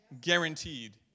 Guaranteed